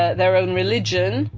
ah their own religion,